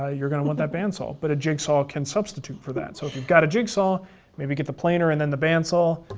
ah you're going to want that bandsaw, but a jigsaw can substitute for that. so if you've got a jigsaw maybe get the planer, and then the bandsaw.